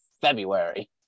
February